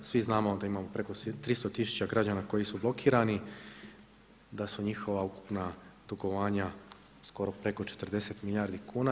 Svi znamo da imamo preko 300 tisuća građana koji su blokirani, da su njihova ukupna dugovanja skoro preko 40 milijardi kuna.